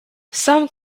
some